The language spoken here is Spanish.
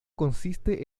consiste